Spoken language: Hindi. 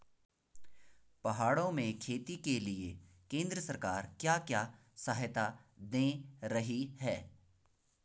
पहाड़ों में खेती के लिए केंद्र सरकार क्या क्या सहायता दें रही है?